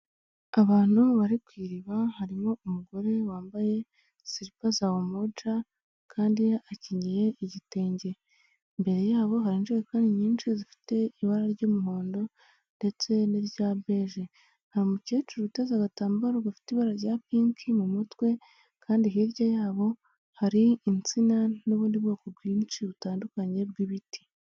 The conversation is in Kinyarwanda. Abantu bari ku iriba harimo umugore wambaye siripa z'amoja kandi akenyeye igitenge imbere yabo hari injerekani kandi nyinshi zifite ibara ry'umuhondo ndetse n'irya beige hari mukecuru uteze agatambaro gafite ibara rya pink mu mutwe kandi hirya yabo hari itsina n'ubundi bwoko bwinshi butandukanye bw'ibiti.